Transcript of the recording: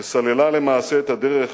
וסללה למעשה את הדרך